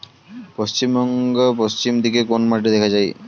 পশ্চিমবঙ্গ পশ্চিম দিকে কোন মাটি দেখা যায়?